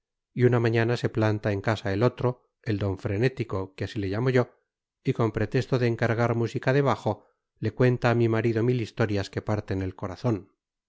y una mañana se planta en casa el otro el don frenético que así le llamo yo y con pretexto de encargar música de bajo le cuenta a mi marido mil historias que parten el corazón